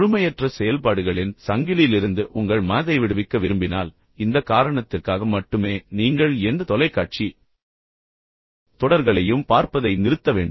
முழுமையற்ற செயல்பாடுகளின் சங்கிலியிலிருந்து உங்கள் மனதை விடுவிக்க விரும்பினால் இந்த காரணத்திற்காக மட்டுமே நீங்கள் எந்த தொலைக்காட்சி தொடர்களையும் பார்ப்பதை நிறுத்த வேண்டும்